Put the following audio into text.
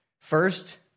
First